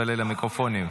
בליל המיקרופונים.